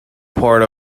part